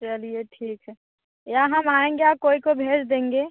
चलिए ठीक है या हम आएंगे या कोई को भेज देंगे